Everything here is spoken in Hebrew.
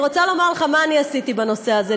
אני רוצה לומר לך מה אני עשיתי בנושא הזה.